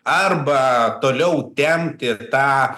arba toliau tempti tą